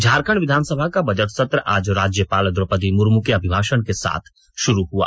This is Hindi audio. झारखंड विधानसभा का बजट सत्र आज राज्यपाल द्रोपदी मुर्मू के अभिभाषन के साथ शुरू हुआ